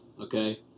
okay